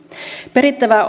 perittävää